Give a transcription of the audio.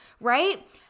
right